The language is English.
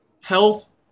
health